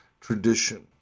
tradition